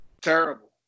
terrible